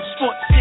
Sports